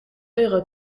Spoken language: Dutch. euro